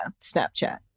Snapchat